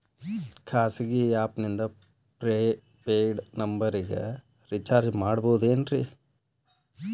ಖಾಸಗಿ ಆ್ಯಪ್ ನಿಂದ prepaid ನಂಬರಿಗ ರೇಚಾರ್ಜ್ ಮಾಡಬಹುದೇನ್ರಿ?